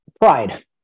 pride